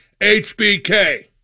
HBK